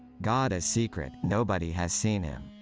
god is secret, nobody has seen him.